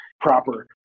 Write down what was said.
proper